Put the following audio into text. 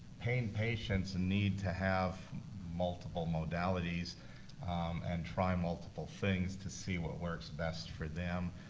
pain patients and need to have multiple modalities and try multiple things to see what works best for them.